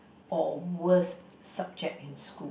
or worst subject in school